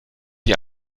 die